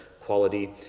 quality